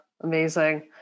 amazing